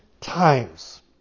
times